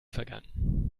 vergangen